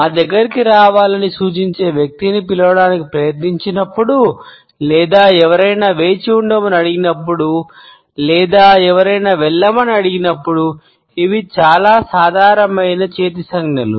మా దగ్గరికి రావాలని సూచించే వ్యక్తిని పిలవడానికి ప్రయత్నించినప్పుడు లేదా ఎవరైనా వేచి ఉండమని అడిగినప్పుడు లేదా ఎవరైనా వెళ్ళమని అడిగినప్పుడు ఇవి చాలా సాధారణమైన చేతి సంజ్ఞలు